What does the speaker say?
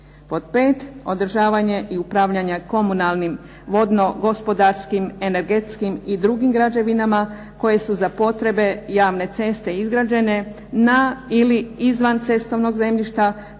Pod pet održavanje i upravljanje komunalnim, vodno gospodarskim energetskim i drugim građevinama koje su za potrebe javne ceste izgrađene na ili izvan cestovnog zemljišta